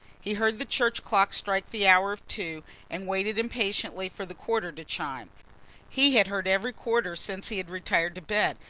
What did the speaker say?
he heard the church clock strike the hour of two and waited impatiently for the quarter to chime he had heard every quarter since he had retired to bed.